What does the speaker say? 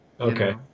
Okay